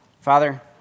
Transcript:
Father